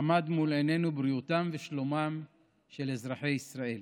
עמדו מול עינינו בריאותם ושלומם של אזרחי ישראל.